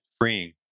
freeing